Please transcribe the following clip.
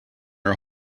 are